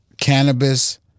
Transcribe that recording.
cannabis